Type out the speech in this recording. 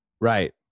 Right